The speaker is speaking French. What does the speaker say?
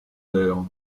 aires